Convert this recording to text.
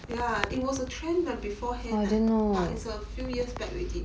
ya it was a trend like beforehand but it's a few years back already